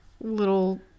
little